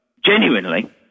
genuinely